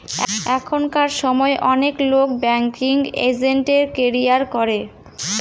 এখনকার সময় অনেক লোক ব্যাঙ্কিং এজেন্টের ক্যারিয়ার করে